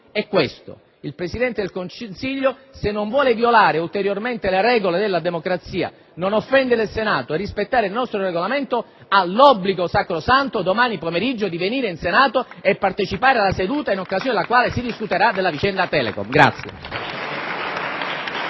Ovvero il Presidente del Consiglio, se non vuole violare ulteriormente le regole della democrazia, offendendo il Senato, e se vuole rispettare il nostro Regolamento, ha l'obbligo sacrosanto di venire domani pomeriggio in Senato e partecipare alla seduta in occasione della quale si discuterà della vicenda Telecom.